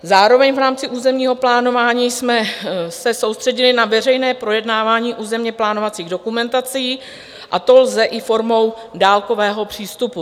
Zároveň v rámci územního plánování jsme se soustředili na veřejné projednávání územněplánovacích dokumentací, a to lze i formou dálkového přístupu.